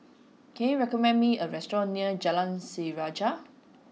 can you recommend me a restaurant near Jalan Sejarah